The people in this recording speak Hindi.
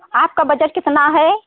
आपका बजट कितना है